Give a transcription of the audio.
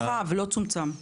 הוא הורחב, לא צומצם.